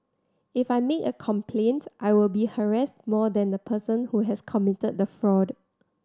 if I make a complaint I will be harassed more than the person who has committed the fraud